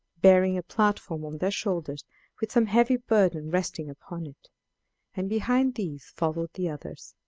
bearing a platform on their shoulders with some heavy burden resting upon it and behind these followed the others.